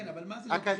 כן, אבל מה זה לוקחים?